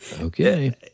Okay